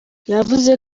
yavuze